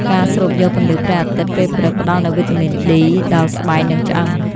ការស្រូបយកពន្លឺព្រះអាទិត្យពេលព្រឹក ផ្តល់នូវវីតាមីន ដេ ដល់ស្បែក និងឆ្អឹង។